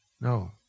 No